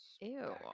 ew